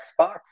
Xbox